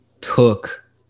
took